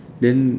then